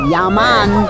Yaman